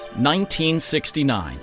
1969